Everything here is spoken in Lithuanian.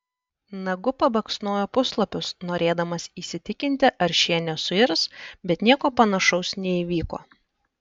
nagu pabaksnojo puslapius norėdamas įsitikinti ar šie nesuirs bet nieko panašaus neįvyko